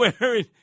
wearing